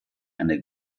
eine